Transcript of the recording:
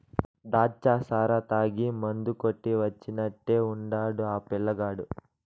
దాచ్చా సారా తాగి మందు కొట్టి వచ్చినట్టే ఉండాడు ఆ పిల్లగాడు